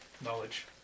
Knowledge